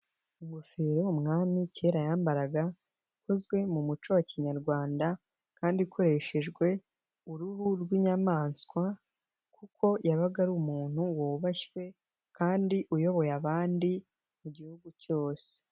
Ingofero umwami kera yambaraga ikozwe mu muco wa kinyarwanda kandi ikoreshejwe uruhu rw'inyamaswa kuko yabaga ari umuntu wubashywe kandi uyoboye abandi mu gihugu cyose.